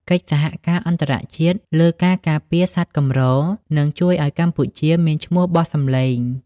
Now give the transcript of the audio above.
កិច្ចសហការអន្តរជាតិលើការការពារសត្វកម្រ នឹងជួយឱ្យកម្ពុជាមានឈ្មោះបោះសម្លេង។